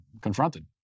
confronted